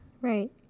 Right